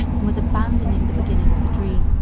and was abandoning the beginning of the dream.